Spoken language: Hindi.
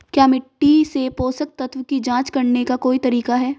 क्या मिट्टी से पोषक तत्व की जांच करने का कोई तरीका है?